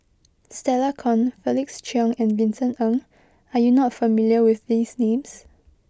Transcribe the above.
Stella Kon Felix Cheong and Vincent Ng are you not familiar with these names